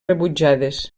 rebutjades